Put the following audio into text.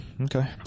Okay